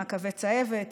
מעקבי צהבת,